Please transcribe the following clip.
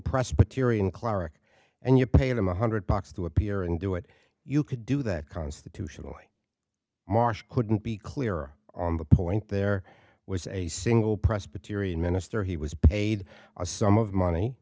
presbyterian cleric and you paid him one hundred bucks to appear and do it you could do that constitutionally marsh couldn't be clearer on the point there was a single presbyterian minister he was paid a sum of money